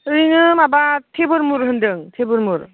ओरैनो माबा थेबुरमुर होन्दों थेबुरमुर